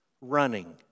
running